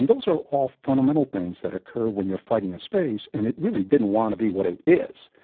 those are all fundamental things that occur when you're fighting a space and it really didn't want to be what it is.